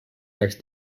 next